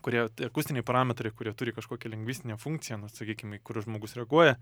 kurie tie akustiniai parametrai kurie turi kažkokią lingvistinę funkciją nu sakykim į kuriuos žmogus reaguoja